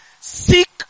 seek